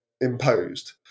imposed